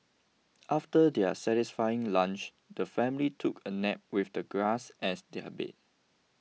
after their satisfying lunch the family took a nap with the grass as their bed